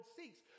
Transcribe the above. seeks